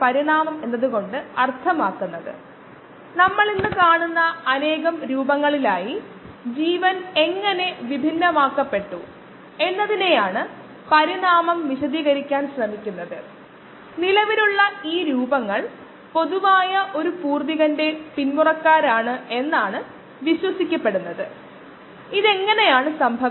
താപനില അടിസ്ഥാനമാക്കിയുള്ളത് അല്ലെങ്കിൽ രാസവസ്തുക്കൾ അടിസ്ഥാനമാക്കിയുള്ളത് രാസ നീരാവി തുടങ്ങിയവ അല്ലെങ്കിൽ വികിരണം അടിസ്ഥാനമാക്കിയുള്ളത് ഗാമാ യുവി അതുപോലുള്ളവ